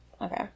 Okay